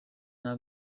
nta